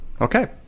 Okay